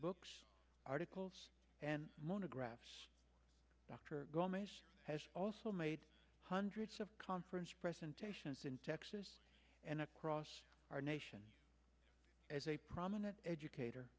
articles and monographs doctor has also made hundreds of conference presentations in texas and across our nation as a prominent educator